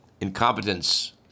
incompetence